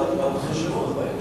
למה שלא יעשו,